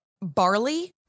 Barley